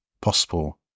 possible